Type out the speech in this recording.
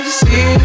see